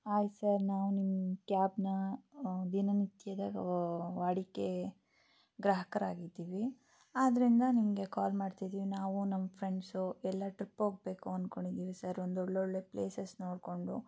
hi sir ನಾವು ನಿಮ್ಮ ಕ್ಯಾಬ್ನ ದಿನನಿತ್ಯದ ವಾಡಿಕೆ ಗ್ರಾಹಕರಾಗಿದ್ದೀವಿ ಆದ್ದರಿಂದ ನಿಮಗೆ ಕಾಲ್ ಮಾಡ್ತಿದಿವಿ ನಾವು ನಮ್ಮ ಫ್ರೆಂಡ್ಸು ಎಲ್ಲ ಟ್ರಿಪ್ ಹೋಗ್ಬೇಕು ಅಂದ್ಕೊಂಡಿದ್ದೀವಿ ಸರ್ ಒಂದು ಒಳ್ಳೆ ಒಳ್ಳೇ ಪ್ಲೇಸಸ್ ನೋಡಿಕೊಂಡು